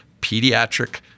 pediatric